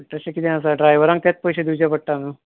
तशें कितें आसा ड्रायवरांक तेच पयशे दिवचे पडटा न्हू